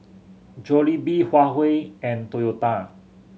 Jollibee Huawei and Toyota